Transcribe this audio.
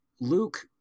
Luke